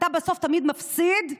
אתה בסוף תמיד מפסיד לבנק.